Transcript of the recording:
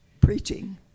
preaching